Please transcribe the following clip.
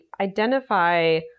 identify